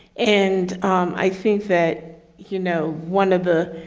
and i think that, you know, one of the